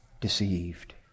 deceived